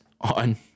on